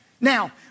Now